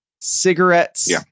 cigarettes